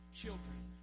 children